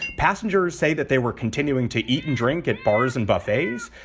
passengers say that they were continuing to eat and drink at bars and buffets.